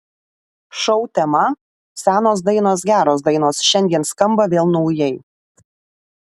šou tema senos dainos geros dainos šiandien skamba vėl naujai